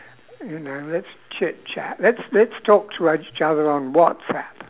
you know let's chitchat let's let's talk to each other on whatsapp